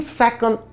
second